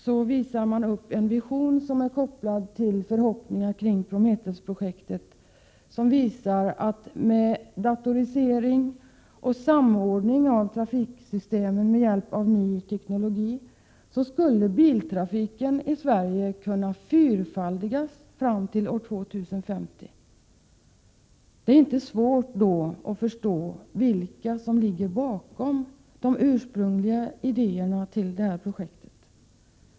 I den redovisas en vision som är kopplad till förhoppningar kring Prometheus-projektet, att biltrafiken i Sverige genom datorisering och samordning av trafiksystemen med hjälp av ny teknologi skulle kunna fyrfaldigas fram till år 2050. Det är inte svårt att förstå vilka som ligger bakom de ursprungliga idéerna till projektet.